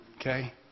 Okay